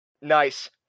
Nice